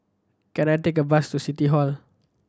can I take a bus to City Hall